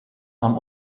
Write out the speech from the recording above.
nam